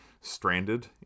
stranded